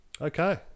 Okay